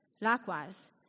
Likewise